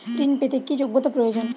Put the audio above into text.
ঋণ পেতে কি যোগ্যতা প্রয়োজন?